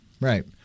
Right